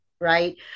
right